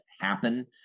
happen